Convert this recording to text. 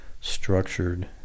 structured